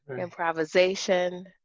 improvisation